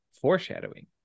Foreshadowing